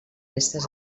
restes